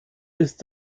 ist